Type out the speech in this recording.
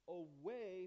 away